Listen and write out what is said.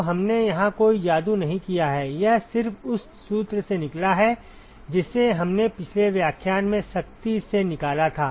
तो हमने यहां कोई जादू नहीं किया है यह सिर्फ उस सूत्र से निकला है जिसे हमने पिछले व्याख्यान में सख्ती से निकाला था